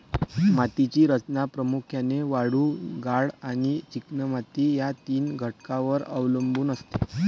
मातीची रचना प्रामुख्याने वाळू, गाळ आणि चिकणमाती या तीन घटकांवर अवलंबून असते